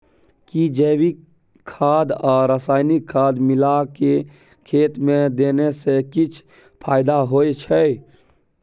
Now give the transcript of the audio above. कि जैविक खाद आ रसायनिक खाद मिलाके खेत मे देने से किछ फायदा होय छै?